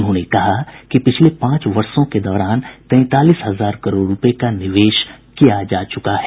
उन्होंने कहा कि पिछले पांच वर्षों के दौरान तैंतालीस हजार करोड़ रुपये का निवेश किया जा चुका है